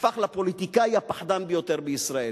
הפך לפוליטיקאי הפחדן ביותר בישראל.